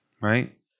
right